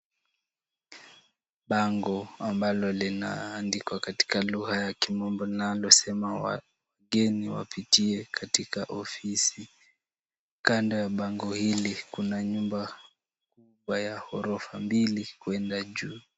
Bango ambalo linaandikwa katika lugha ya kimombo, linalosema wageni wapitie katika ofisi. Kando ya bango hili kuna nyumba ya ghorofa mbili kwenda juu.